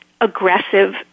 aggressive